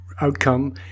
outcome